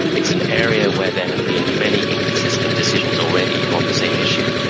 it's an area where there have been many inconsistent decisions already on the same issue,